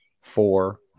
four